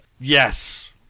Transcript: Yes